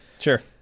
Sure